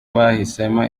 bahisemo